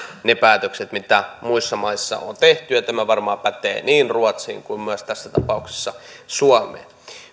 ne päätökset mitä muissa maissa on tehty ja tämä varmaan pätee niin ruotsiin kuin myös tässä tapauksessa suomeen